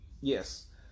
Yes